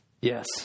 Yes